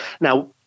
now